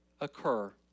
occur